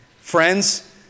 Friends